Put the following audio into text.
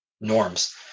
norms